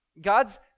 God's